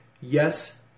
yes